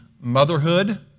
motherhood